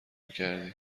کردی